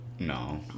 No